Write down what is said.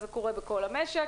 זה קורה בכל המשק